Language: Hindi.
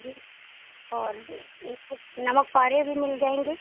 जी और ई इसको नमक पारे भी मिल जाएँगी